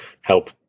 help